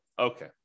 Okay